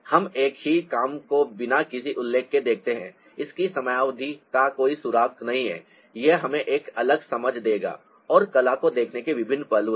हम एक ही काम को बिना किसी उल्लेख के देखते हैं इसकी समयावधि का कोई सुराग नहीं है यह हमें एक अलग समझ देगा और कला को देखने के विभिन्न पहलू हैं